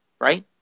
Right